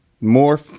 more